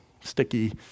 sticky